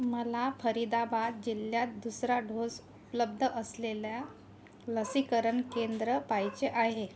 मला फरीदाबाद जिल्ह्यात दुसरा डोस उपलब्ध असलेल्या लसीकरण केंद्र पाहिजे आहे